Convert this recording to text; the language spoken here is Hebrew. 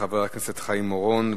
חבר הכנסת חיים אורון,